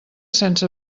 sense